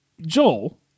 Joel